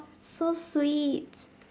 so sweet